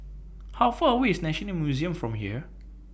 How Far away IS National Museum from here